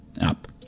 up